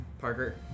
Parker